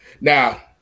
Now